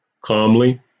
Calmly